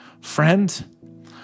Friend